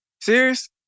Serious